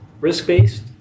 risk-based